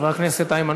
חבר הכנסת איימן